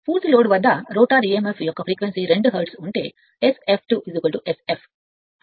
పూర్తి లోడ్ వద్ద rotor e m f యొక్క ఫ్రీక్వెన్సీ 2 హెర్ట్జ్ ఉంటే Sf2 Sf